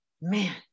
man